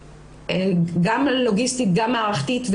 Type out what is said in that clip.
חד-משמעית.